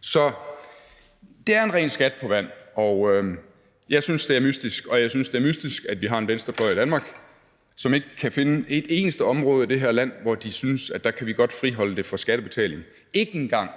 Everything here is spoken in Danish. Så det er en ren skat på vand. Jeg synes, det er mystisk, og jeg synes, at vi har en venstrefløj i Danmark, som ikke kan finde et eneste område i det her land, som de synes godt kan friholdes fra skattebetaling, ikke engang